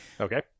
Okay